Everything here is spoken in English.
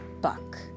buck